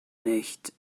nicht